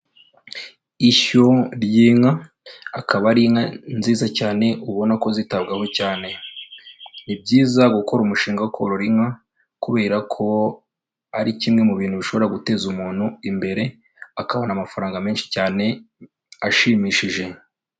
Ishyo ry'inka akaba ari inka nziza cyane ubona ko zitabwaho cyane, ni byiza gukora umushinga wo korora inka kubera ko ari kimwe mu bintu bishobora guteza umuntu imbere akabona amafaranga menshi cyane ashimishije.